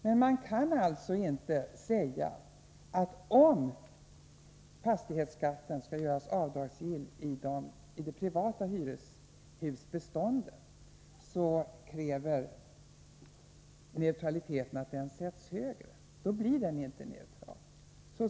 Men man kan alltså inte säga, att om fastighetsskatten skall göras avdragsgill i det privata hyreshusbeståndet, kräver neutraliteten att den sätts högre. Då blir skatten inte neutral.